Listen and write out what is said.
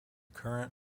current